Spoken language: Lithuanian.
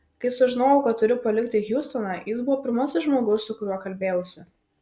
kai sužinojau kad turiu palikti hjustoną jis buvo pirmasis žmogus su kuriuo kalbėjausi